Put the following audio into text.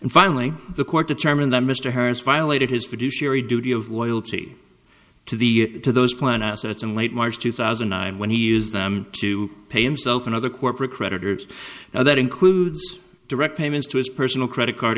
and finally the court determined that mr harris violated his fiduciary duty of loyalty to the to those plan assets in late march two thousand and nine when he used them to pay him self and other corporate creditors now that includes direct payments to his personal credit card